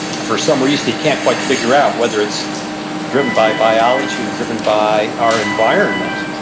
for some reason he can't quite figure out, whether it's driven by biology or driven by our environment,